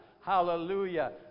Hallelujah